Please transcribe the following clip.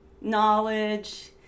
knowledge